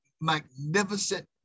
magnificent